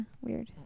weird